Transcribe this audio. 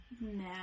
Nah